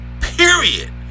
period